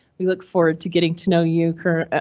we look forward to getting to know you. col,